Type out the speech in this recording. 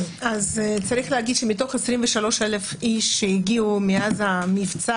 אז צריך להגיד שמתוך 23,000 איש שהגיעו מאז המבצע